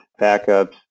backups